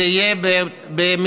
זה יהיה במכרז